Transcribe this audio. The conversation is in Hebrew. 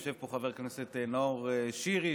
יושב פה חבר הכנסת נאור שירי,